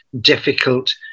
difficult